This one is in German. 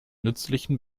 nützlichen